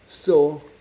so